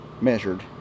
measured